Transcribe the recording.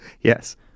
Yes